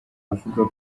avuga